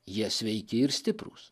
jie sveiki ir stiprūs